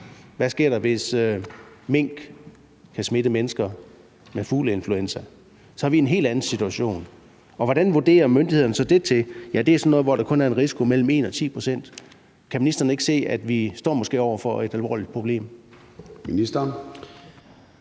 Hvad sker der, hvis mink kan smitte mennesker med fugleinfluenza? Så er vi i en helt anden situation. Og hvordan vurderer myndighederne så det? Ja, det er sådan noget, hvor der kun er en risiko på mellem 1 og 10 pct. Kan ministeren ikke se, at vi måske står over for et alvorligt problem?